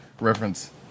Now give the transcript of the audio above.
reference